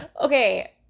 Okay